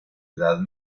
edad